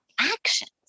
actions